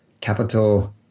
capital